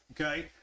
okay